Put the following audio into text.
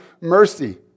mercy